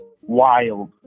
Wild